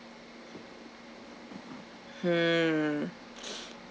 hmm